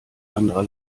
anderer